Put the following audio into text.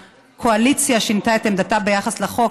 והקואליציה שינתה את עמדתה ביחס לחוק,